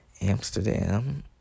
Amsterdam